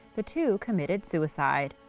the two committed suicide.